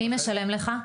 מי משלם לך?